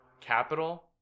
Capital